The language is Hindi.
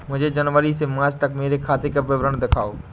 मुझे जनवरी से मार्च तक मेरे खाते का विवरण दिखाओ?